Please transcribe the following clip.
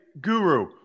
Guru